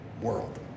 world